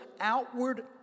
outward